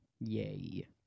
Yay